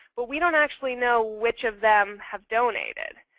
but we don't actually know which of them have donated.